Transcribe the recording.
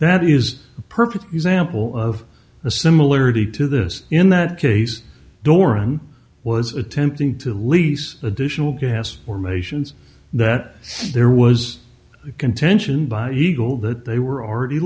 that is a perfect example of the similarity to this in that case doron was attempting to lease additional gas or masons that there was contention by eagle that they were already